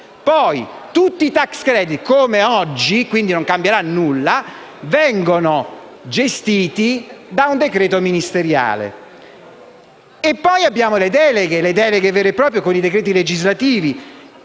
tutti i tax credit, come oggi (quindi non cambierà nulla), vengono gestiti da un decreto ministeriale. Dopodiché abbiamo le deleghe vere e proprie con i decreti legislativi,